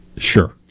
Sure